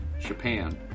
Japan